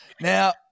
Now